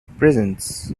presence